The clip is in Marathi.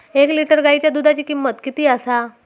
एक लिटर गायीच्या दुधाची किमंत किती आसा?